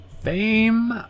fame